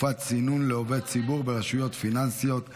תקופת צינון לעובד ציבור ברשויות פיננסיות),